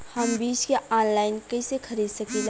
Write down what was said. हम बीज के आनलाइन कइसे खरीद सकीला?